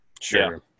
Sure